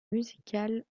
musicale